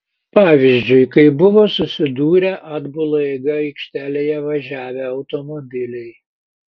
pavyzdžiui kai buvo susidūrę atbula eiga aikštelėje važiavę automobiliai